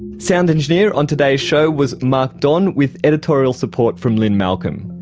sound engineer on today's show was mark don, with editorial support from lynne malcolm.